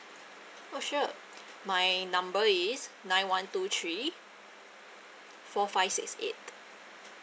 oh sure my number is nine one two three four five six eight